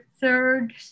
third